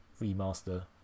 remaster